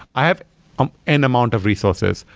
i have um n-amount of resources.